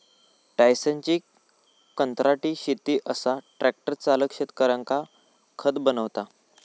टायसनची कंत्राटी शेती असा ट्रॅक्टर चालक शेतकऱ्यांका खत बनवता